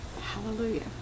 Hallelujah